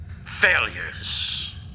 Failures